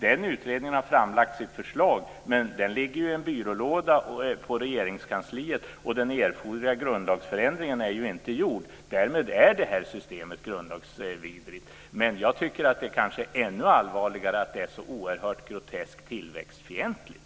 Den utredningen har framlagt sitt förslag, men den ligger i en byrålåda på Regeringskansliet, och den erforderliga grundlagsändringen är ju inte gjord. Därmed är det här systemet grundlagsvidrigt. Men jag tycker att det är kanske ännu allvarligare att det är så oerhört groteskt tillväxtfientligt!